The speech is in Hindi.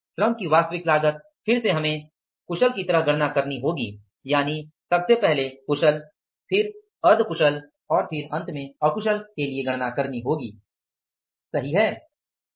श्रम की वास्तविक लागत फिर से हमें कुशल की तरह गणना करनी होगी सबसे पहले कुशल फिर हमें अर्ध कुशल की गणना करनी होगी और फिर हमें अकुशल की गणना करनी होगी सही है